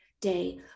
day